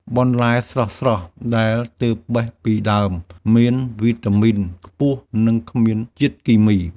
បន្លែស្រស់ៗដែលទើបបេះពីដើម មានវីតាមីនខ្ពស់ និងគ្មានជាតិគីមី។